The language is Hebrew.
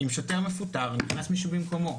אם שוטר מפוטר, נכנס מישהו במקומו.